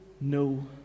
no